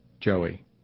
Joey